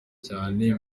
cyane